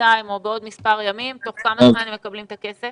מוחרתיים או בעוד מספר ימים ואז תוך כמה זמן הם מקבלים את הכסף?